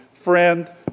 Friend